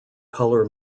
color